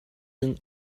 can